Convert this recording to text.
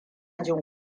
jin